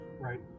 Right